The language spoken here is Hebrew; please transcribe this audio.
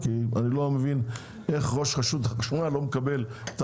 כי אני לא מבין איך ראש רשות החשמל לא מקבל את